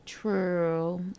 True